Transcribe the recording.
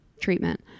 treatment